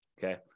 Okay